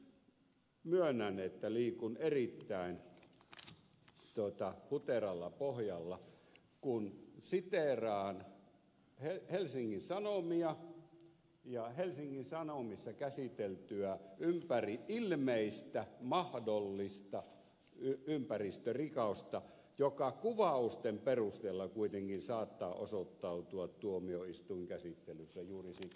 nyt myönnän että liikun erittäin huteralla pohjalla kun siteeraan helsingin sanomia ja helsingin sanomissa käsiteltyä ilmeistä mahdollista ympäristörikosta joka kuvausten perusteella kuitenkin saattaa osoittautua tuomioistuinkäsittelyssä juuri siksi miltä se näyttää